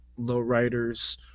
lowriders